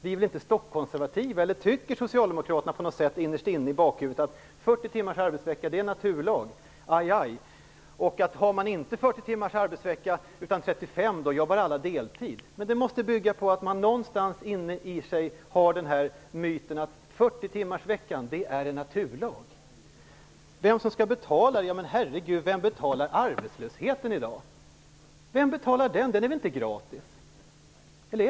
Vi är väl inte stockkonservativa. Tycker Socialdemokraterna innerst inne att 40 timmars arbetsvecka är en naturlag, och att om man inte har 40 timmars arbetsvecka utan 35 så arbetar alla deltid? Det måste bygga på att man någonstans har myten att 40-timmarsveckan är en naturlag. Laila Bjurling undrar också vem som skall betala? Vem betalar arbetslösheten i dag? Den är väl inte gratis?